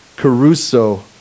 Caruso